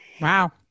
Wow